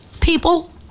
people